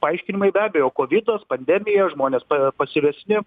paaiškinimai be abejo kovidas pandemija žmonės pasyvesni